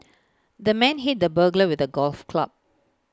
the man hit the burglar with A golf club